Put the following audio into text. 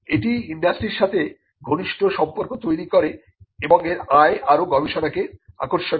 এটি ইন্ডাস্ট্রির সাথে ঘনিষ্ঠ সম্পর্ক তৈরি করে এবং এর আয় আরও গবেষণাকে আকর্ষণ করে